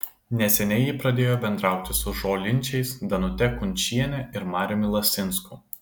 neseniai ji pradėjo bendrauti su žolinčiais danute kunčiene ir mariumi lasinsku